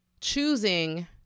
choosing